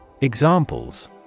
Examples